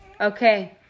Okay